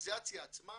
המדיקליזציה עצמה,